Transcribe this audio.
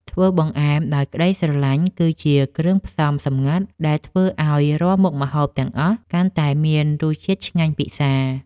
ធ្វើបង្អែមដោយក្ដីស្រឡាញ់ គឺជាគ្រឿងផ្សំសម្ងាត់ដែលធ្វើឱ្យរាល់មុខម្ហូបទាំងអស់កាន់តែមានរសជាតិឆ្ងាញ់ពិសា។